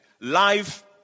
Life